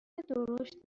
درشت